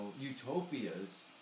utopias